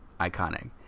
Iconic